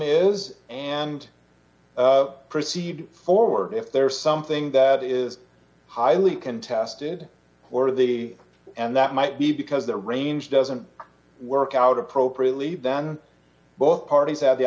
is and proceed forward if there is something that is highly contested or they and that might be because the range doesn't work out appropriately then both parties have the